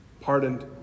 pardoned